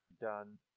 done